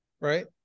Right